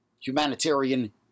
Humanitarian